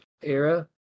era